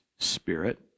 Spirit